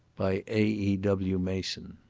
by a. e. w. mason